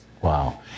Wow